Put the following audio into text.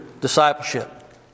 discipleship